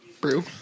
brew